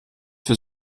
für